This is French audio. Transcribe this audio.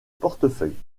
portefeuille